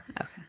Okay